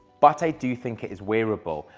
but i do think it is wearable.